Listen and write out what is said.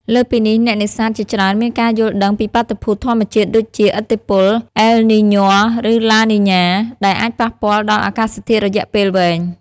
លើសពីនេះ អ្នកនេសាទជាច្រើនមានការយល់ដឹងពីបាតុភូតធម្មជាតិដូចជា ឥទ្ធិពល អែល នី-ញ៉ូ ឬ ឡា នី-ញ៉ា ដែលអាចប៉ះពាល់ដល់អាកាសធាតុរយៈពេលវែង។